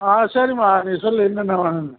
ஆ சரிம்மா நீ சொல் என்னென்ன வேணும்னு